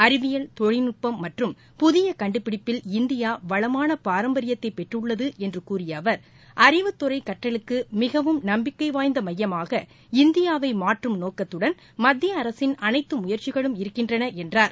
அறிவியல் தொழில்நுட்பம் மற்றும் புதிய கண்டுபிடிப்பில் இந்தியா வளமான பாரம்பரியத்தை பெற்றுள்ளது என்று கூறிய அவர் அறிவுத்துறை கற்றலுக்கு மிகவும் நப்பிக்கை வாய்ந்த மையமாக இந்தியாவை மாற்றும் நோக்கத்துடன் மத்திய அரசின் அனைத்து முயற்சிகளும் இருக்கின்றன என்றார்